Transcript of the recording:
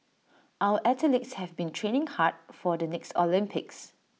our athletes have been training hard for the next Olympics